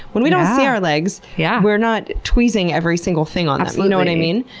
when we don't see our legs, yeah we're not tweezing every single thing on them, you know what i mean?